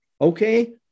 Okay